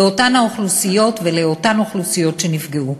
באותן אוכלוסיות ולאותן אוכלוסיות שנפגעו.